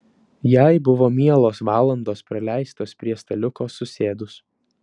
jai buvo mielos valandos praleistos prie staliuko susėdus